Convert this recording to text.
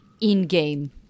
in-game